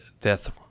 death